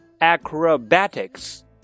acrobatics